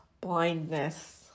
blindness